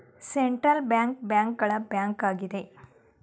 central bank bank ಗಳ bank ಆಗಿದೆ